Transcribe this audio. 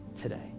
today